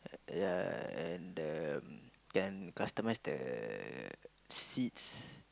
ya ya ya and the can customise the seats